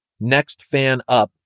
nextfanup